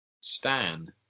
Stan